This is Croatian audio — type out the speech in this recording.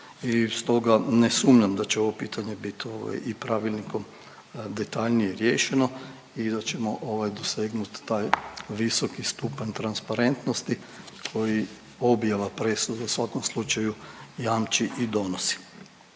stoga ne sumnjam da će ovo pitanje bit, ovaj i pravilnikom detaljnije riješeno da ćemo ovaj dosegnut taj visoki stupanj transparentnosti koji objava presude u svakom slučaju jamči i donosi.